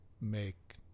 make